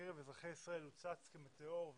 בקרב אזרחי ישראל הוא צץ כמטאור,